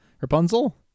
Rapunzel